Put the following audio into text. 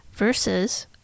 versus